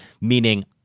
meaning